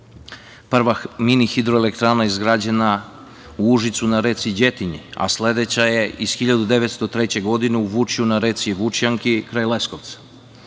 Prva mini hidroelektrana izgrađena je u Užicu na reci Đetinji, a sledeća je iz 1903. godine u Vučju na reci Vučjanki kraj Leskovca. Đorđe